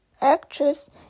Actress